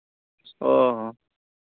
ᱚᱻ